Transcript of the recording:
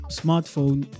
smartphone